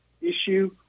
issue